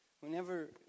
Whenever